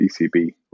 ECB